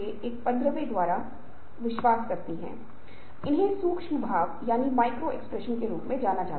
और आप प्रत्येक गतिविधि में उनकी भागीदारी चाहते हैं जो संगठन इन बदलते प्रबंधन पहलों में करने जा रहा है